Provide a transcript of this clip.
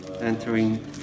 entering